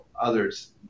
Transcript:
others